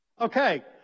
Okay